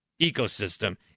ecosystem